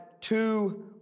two